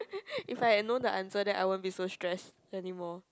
if I had known the answer then I won't be so stressed anymore